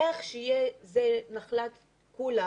איך זה יהיה נחלת כולם